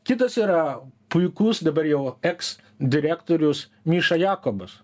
kitas yra puikus dabar jau eks direktorius miša jakobas